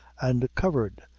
and covered,